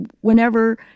whenever